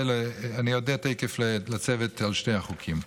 אני תכף אודה לצוות על שני החוקים.